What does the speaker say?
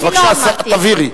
אז בבקשה, תבהירי.